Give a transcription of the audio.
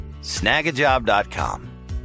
Snagajob.com